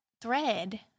thread